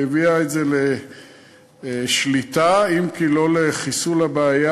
והביאה את זה לשליטה, אם כי לא לחיסול הבעיה.